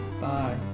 Bye